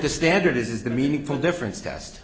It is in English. the standard is the meaningful difference test